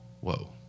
whoa